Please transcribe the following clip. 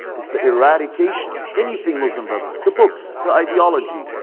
it's the eradication of anything, muslim brotherhood, the books, the ideology.